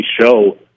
show